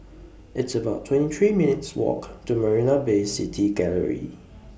It's about twenty three minutes' Walk to Marina Bay City Gallery